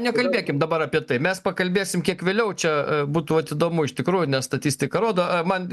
nekalbėkim dabar apie tai mes pakalbėsim kiek vėliau čia a būtų vat įdomu iš tikrųjų nes statistika rodo a man